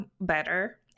better